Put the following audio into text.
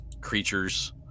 creatures